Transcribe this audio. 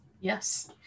yes